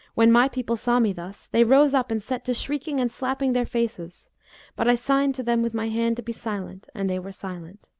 when my people saw me thus, they rose up and set to shrieking and slapping their faces but i signed to them with my hand to be silent and they were silent.